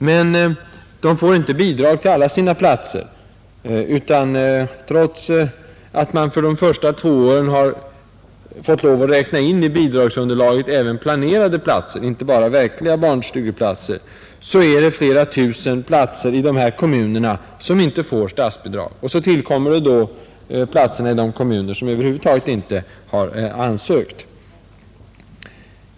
Men de får inte bidrag till alla sina platser, Trots att man för de första två åren har fått lov att räkna in i bidragsunderlaget även planerade platser — inte bara verkliga barnstugeplatser — är det flera tusen platser i de här kommunerna som de inte får statsbidrag för. Sedan tillkommer platserna i de kommuner som över huvud taget inte har ansökt.